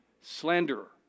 slanderer